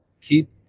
keep